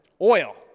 Oil